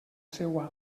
seua